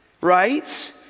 right